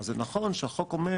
אז זה נכון שהחוק אומר